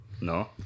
no